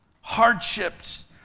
hardships